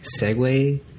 segue